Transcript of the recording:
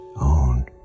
own